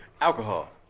alcohol